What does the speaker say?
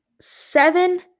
seven